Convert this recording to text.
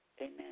Amen